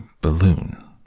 balloon